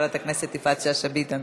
חברת הכנסת יפעת שאשא ביטון,